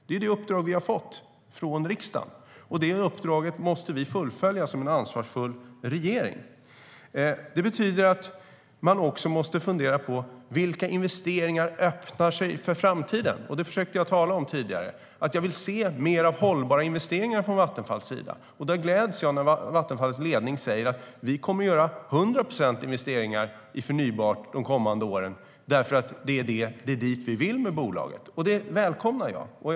Det är det uppdrag vi har fått av riksdagen, och det uppdraget måste vi som en ansvarsfull regering fullfölja. Det betyder att man också måste fundera på vilka investeringar som öppnar sig för framtiden. Det försökte jag tala om tidigare, att jag vill se mer av hållbara investeringar från Vattenfalls sida. Därför gläds jag när Vattenfalls ledning säger att de kommer att göra 100 procent investeringar i förnybart de kommande åren. Det är det vi vill med bolaget. Det välkomnar jag alltså.